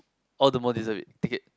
all the more deserve it take it